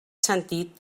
sentit